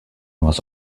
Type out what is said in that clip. was